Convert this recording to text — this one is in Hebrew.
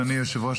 אדוני היושב-ראש,